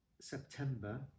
September